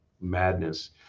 madness